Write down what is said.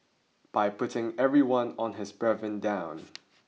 by putting every one of his brethren down